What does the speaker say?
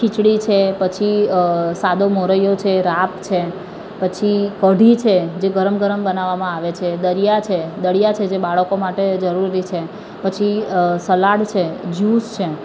ખીચડી છે પછી સાદો મોરૈયો છે રાબ છે પછી કઢી છે જે ગરમ ગરમ બનાવવામાં આવે છે દલીયા છે દલીયા જે બાળકો માટે જરૂરી છે પછી સલાડ છે જ્યૂસ છે